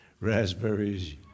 raspberries